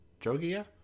Jogia